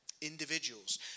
Individuals